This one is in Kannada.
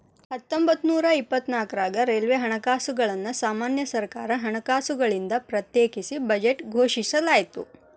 ಹತ್ತೊಂಬತ್ತನೂರ ಇಪ್ಪತ್ನಾಕ್ರಾಗ ರೈಲ್ವೆ ಹಣಕಾಸುಗಳನ್ನ ಸಾಮಾನ್ಯ ಸರ್ಕಾರ ಹಣಕಾಸುಗಳಿಂದ ಪ್ರತ್ಯೇಕಿಸಿ ಬಜೆಟ್ ಘೋಷಿಸಲಾಯ್ತ